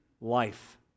life